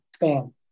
Bam